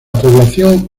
población